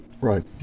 Right